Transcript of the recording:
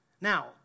Now